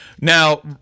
now